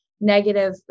negative